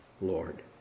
Lord